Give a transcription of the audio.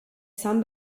san